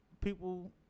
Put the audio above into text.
people